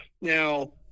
now